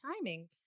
timing